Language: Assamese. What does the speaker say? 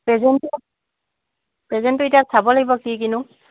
প্ৰেজেণ্টটো প্ৰেজেণ্টটো এতিয়া চাব লাগিব কি কিনো